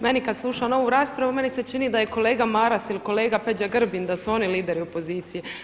Meni kada slušam ovu raspravu meni se čini da je kolega Maras ili kolega Peđa Grbin, da su oni lideri opozicije.